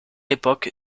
époques